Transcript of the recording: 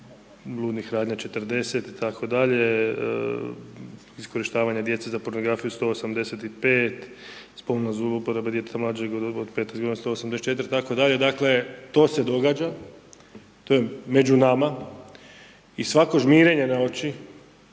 bludnih radnji 40 itd., iskorištavanje djece za pornografiju 185, spolne uporabe djeteta mlađeg od 15 godina 184, dakle, to se događa, to je među nama i svako žmirenje na oči